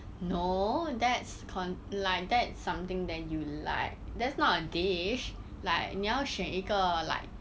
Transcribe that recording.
no that's con~ like that's something that you like that's not a dish like 你要选一个 like